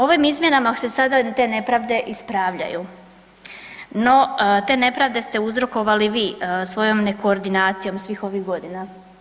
Ovim izmjenama se sada te nepravde ispravljaju no te nepravde ste uzrokovali vi svojom ne koordinacijom svih ovih godina.